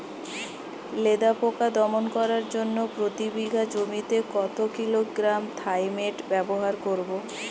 লেদা পোকা দমন করার জন্য প্রতি বিঘা জমিতে কত কিলোগ্রাম থাইমেট ব্যবহার করব?